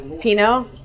pinot